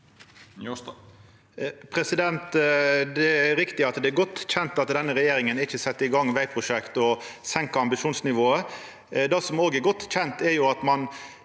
Det er riktig at det er godt kjent at denne regjeringa ikkje set i gang vegprosjekt og senkar ambisjonsnivået. Det som òg er godt kjent, er at ein